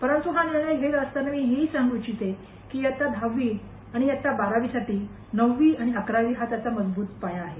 परंतू हा निर्णय घेत असतांना मी हे ही सांगू इच्छिते इयत्ता दहावी आणि इयत्ता बारावीसाठी नववी आणि अकरावी हा त्याचा मजब्रत पाया आहे